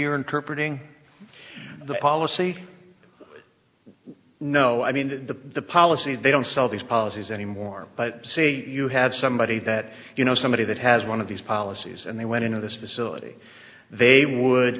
interpret ing the policy no i mean the policy they don't sell these policies anymore but see you have somebody that you know somebody that has one of these policies and they went into this facility they would